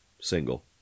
single